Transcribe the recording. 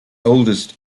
oldest